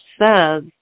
says